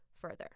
further